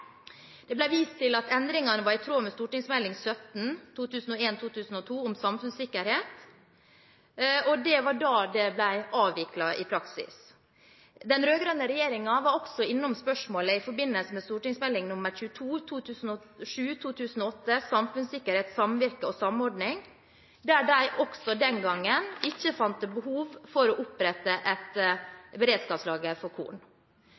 Det ble vist til at endringene var i tråd med St.meld. 17 for 2001–2002 om samfunnssikkerhet. Det var da det ble avviklet i praksis. Den rød-grønne regjeringen var også innom spørsmålet i forbindelse med St.meld. 22 for 2007–2008 Samfunnssikkerhet, samvirke og samordning, der en heller ikke den gangen så behov for å opprette et beredskapslager for